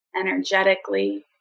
energetically